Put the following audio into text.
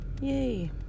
yay